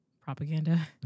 propaganda